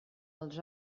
els